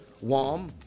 WOM